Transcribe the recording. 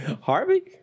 Harvey